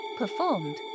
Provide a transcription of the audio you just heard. performed